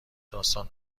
داستان